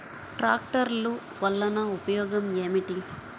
ట్రాక్టర్లు వల్లన ఉపయోగం ఏమిటీ?